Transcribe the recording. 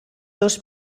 dos